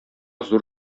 зур